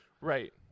right